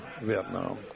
Vietnam